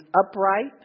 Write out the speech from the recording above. upright